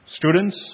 Students